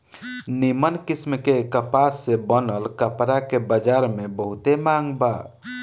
निमन किस्म के कपास से बनल कपड़ा के बजार में बहुते मांग बा